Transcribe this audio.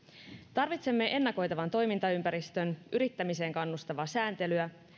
tarvitsemme ennakoitavan toimintaympäristön yrittämiseen kannustavaa sääntelyä